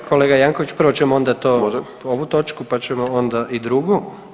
Hvala, kolega Janković, prvo ćemo onda to [[Upadica: Može.]] ovu točku pa ćemo onda i drugu.